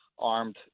armed